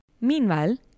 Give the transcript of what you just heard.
Meanwhile